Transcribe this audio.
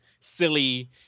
silly